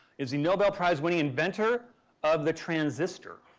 is a nobel prize winning inventor of the transistor.